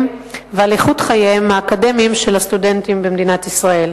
ועל איכות חייהם האקדמיים של הסטודנטים במדינת ישראל.